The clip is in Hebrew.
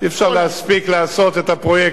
הקדנציה הזאת, אי-אפשר להספיק לעשות את הפרויקטים.